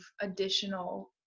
additional